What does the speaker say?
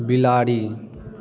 बिलाड़ि